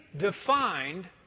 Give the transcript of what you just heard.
defined